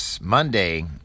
Monday